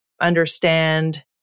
understand